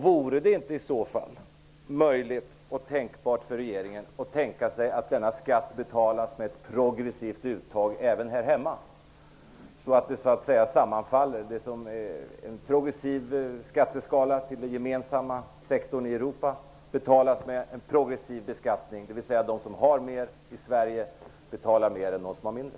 Vore det inte i så fall möjligt för regeringen att tänka sig att denna skatt betalas med ett progressivt uttag även här hemma? Vore det inte tänkbart att se det som en progressiv skatt till den gemensamma sektorn i Europa som betalas enligt en progressiv skala, dvs. att de som har mer i Sverige betalar mer än de som har mindre?